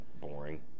boring